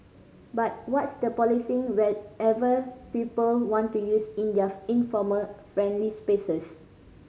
but what's the policing whatever people want to use in their informal friendly spaces